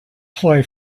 play